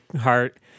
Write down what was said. heart